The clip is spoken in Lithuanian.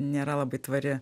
nėra labai tvari